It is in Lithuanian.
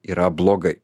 yra blogai